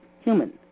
human